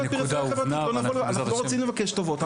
אנחנו לא רוצים לבקש טובות,